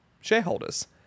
shareholders